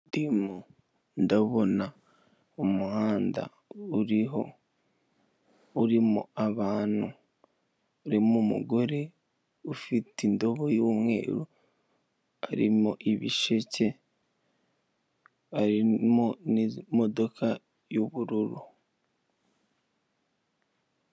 Ndimo ndabona umuhanda urimo abantumomugore ufite indobo y'umweru harimo ibisheke barimo n'imodoka y'ubururu.